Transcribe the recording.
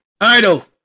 idle